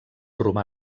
romà